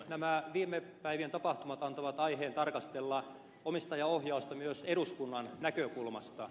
nämä viime päivien tapahtumat antavat aiheen tarkastella omistajaohjausta myös eduskunnan näkökulmasta